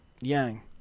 Yang